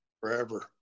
forever